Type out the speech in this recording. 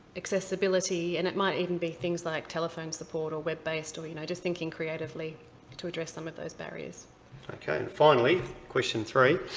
accessibility. and it might even be things like telephone support, or web-based, or you know just thinking creatively to address some of those barriers kind of finally, question three,